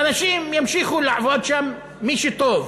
ואנשים ימשיכו לעבוד שם, מי שטוב,